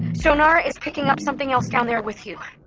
sonar is picking up something else down there with you.